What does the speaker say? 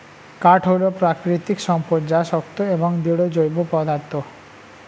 কাঠ হল প্রাকৃতিক সম্পদ যা শক্ত এবং দৃঢ় জৈব পদার্থ